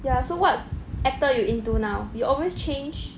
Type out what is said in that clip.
ya so what actor you into now you always change